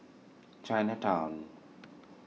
Chinatown